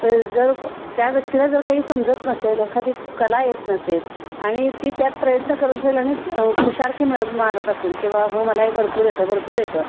जर को त्या व्यक्तीला जर काही समजत नसेल एखादी कला येत नसेल आणि ती त्यात प्रयत्न करत असेल आणि फुशारकी मिळ मारत असेल किंवा हो मला हे भरपूर येतं भरपूर येतं